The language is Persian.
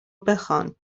بخوان